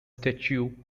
statue